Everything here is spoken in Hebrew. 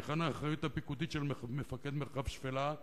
והיכן האחריות הפיקודית של מפקד מרחב השפלה,